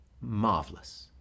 marvelous